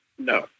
No